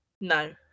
no